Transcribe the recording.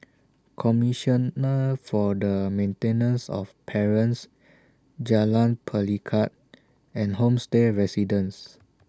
Commissioner For The Maintenance of Parents Jalan Pelikat and Homestay Residences